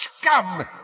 scum